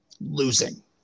losing